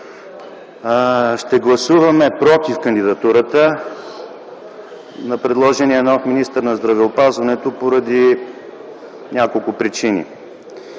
Ще гласуваме „против” кандидатурата на предложения нов министър на здравеопазването поради няколко причини.